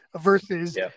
versus